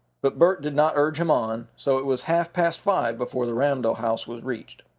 but bert did not urge him on, so it was half-past five before the ramdell house was reached.